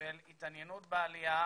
של התעניינות בעלייה,